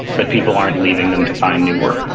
but people aren't leaving them to find new work.